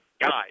guys